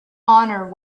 honor